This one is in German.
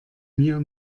mir